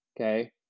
okay